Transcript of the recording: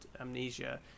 Amnesia